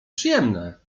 przyjemne